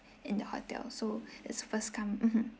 in the hotel so it's first come mmhmm